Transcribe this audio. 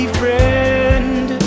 friend